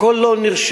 הכול לא נרשם,